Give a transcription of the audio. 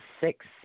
six